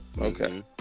Okay